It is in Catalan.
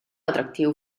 atractiu